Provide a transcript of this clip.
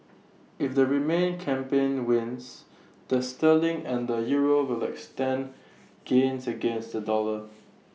if the remain campaign wins the sterling and the euro will extend gains against the dollar